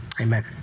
Amen